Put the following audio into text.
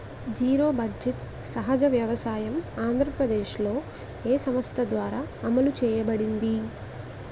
Zero budget సహజ వ్యవసాయం ఆంధ్రప్రదేశ్లో, ఏ సంస్థ ద్వారా అమలు చేయబడింది?